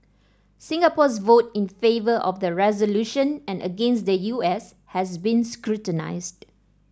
Singapore's vote in favour of the resolution and against the U S has been scrutinised